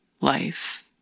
life